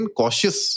cautious